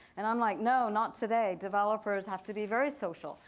and i'm like, no, not today. developers have to be very social.